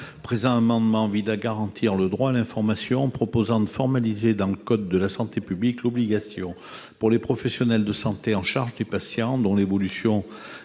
présent amendement vise à garantir le droit à l'information, en prévoyant de formaliser dans le code de la santé publique l'obligation, pour les professionnels de santé chargés de patients dont l'évolution